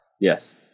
Yes